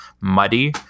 muddy